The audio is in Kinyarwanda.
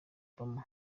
obama